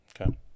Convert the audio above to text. okay